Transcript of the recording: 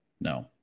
No